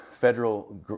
federal